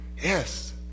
Yes